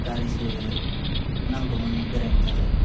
गारिसो नांगौमोन बेरायनो थाखाय